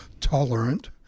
tolerant